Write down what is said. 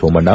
Somanna